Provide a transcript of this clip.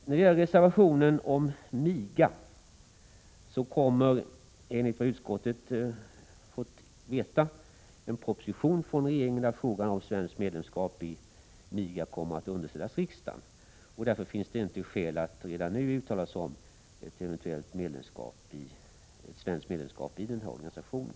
Beträffande reservationen om MIGA kommer, enligt vad utskottet fått veta, en proposition från regeringen där frågan om svenskt medlemskap i MIGA kommer att underställas riksdagen. Det finns därför inte skäl att redan nu uttala sig om ett eventuellt svenskt medlemskap i denna organisation.